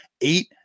eight